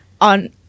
on